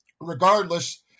regardless